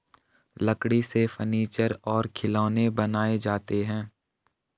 लकड़ी से फर्नीचर और खिलौनें बनाये जाते हैं